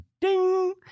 Ding